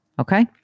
Okay